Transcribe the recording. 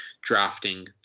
drafting